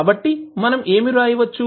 కాబట్టి మనం ఏమి వ్రాయచ్చు